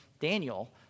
Daniel